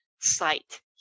sight